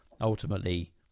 ultimately